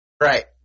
Right